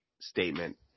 statement